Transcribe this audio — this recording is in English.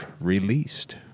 released